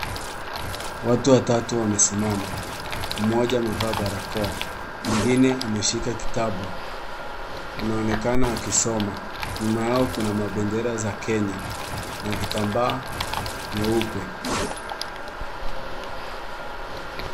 Watu watatu wamesimama, mmoja amevaa barakoa, mwingine ameshika kitabu anaonekana akisoma. Nyuma yao kuna mabendera za Kenya na vitambaa nyeupe.